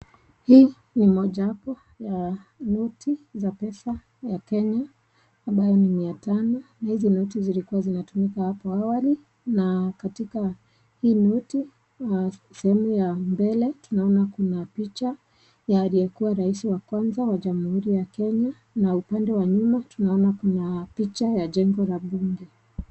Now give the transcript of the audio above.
Hii ni mojawapo ya noti za pesa ya kenya ambayo ni mia tano na hizi noti zilikuwa zinatumika hapo awali na katika hii noti sehemu ya mbele tunaona kuna picha ya aliyekuwa rais wa kwanza wa jamhuri ya kenya na upande wa nyuma tunaona kuna picha ya jengo la bunge.